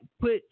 put